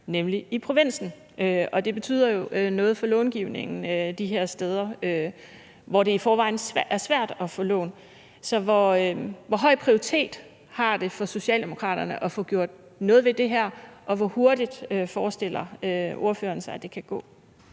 nemlig i provinsen. Og det betyder jo noget for långivningen de her steder, hvor det i forvejen er svært at få lån. Så hvor høj prioritet har det for Socialdemokraterne at få gjort noget ved det her, og hvor hurtigt forestiller ordføreren sig at det kan gå?